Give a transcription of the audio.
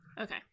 Okay